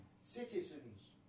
Citizens